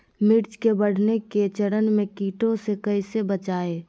मिर्च के बढ़ने के चरण में कीटों से कैसे बचये?